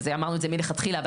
ואמרנו את זה מלכתחילה,